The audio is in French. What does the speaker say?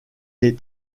est